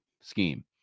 scheme